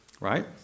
Right